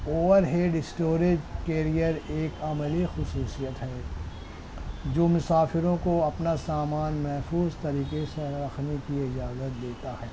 اور head storage carrier ایک عملی خصوصیت ہے جو مسافروں کو اپنا سامان محفوظ طریقہ سے رکھنے کی اجازت دیتا ہے